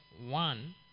one